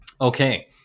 okay